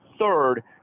third